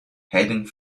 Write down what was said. heading